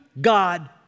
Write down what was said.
God